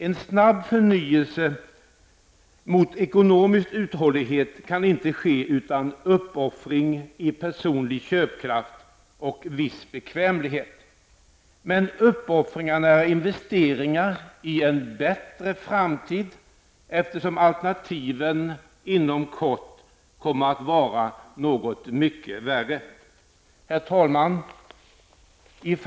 En snabb förnyelse mot ekonomisk uthållighet kan inte ske utan uppoffringar av personlig köpkraft och viss bekvämlighet, men uppoffringarna är investeringar i en bättre framtid, eftersom alternativen inom kort kommer att vara något mycket värre. Herr talman!